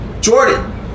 Jordan